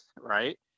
right